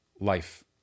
life